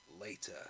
Later